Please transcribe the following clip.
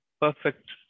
perfect